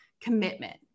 commitment